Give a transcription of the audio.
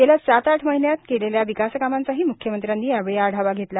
गेल्या सात आठ महिन्यात केलेल्या विकासकामांचाही म्ख्यमंत्र्यांनी आढावा घेतला